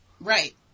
Right